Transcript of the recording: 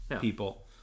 people